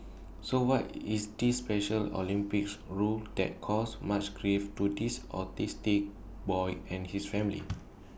so what is this special Olympics rule that caused much grief to this autistic boy and his family